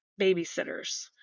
babysitters